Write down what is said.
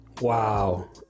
wow